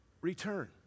Return